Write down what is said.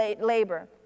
labor